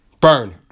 Burn